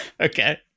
Okay